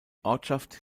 ortschaft